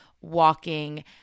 walking